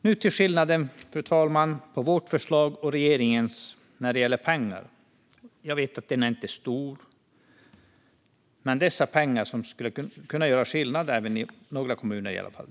Nu till skillnaden mellan vårt förslag och regeringens när det gäller pengar - jag vet att den inte är stor, men dessa pengar skulle kunna göra skillnad i några kommuner.